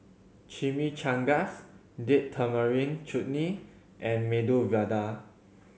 Chimichangas Date Tamarind Chutney and Medu Vada